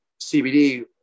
CBD